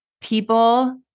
people